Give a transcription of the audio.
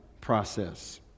process